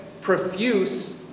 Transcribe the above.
profuse